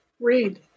read